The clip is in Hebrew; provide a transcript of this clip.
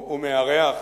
הוא מארח